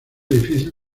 difícil